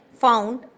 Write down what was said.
found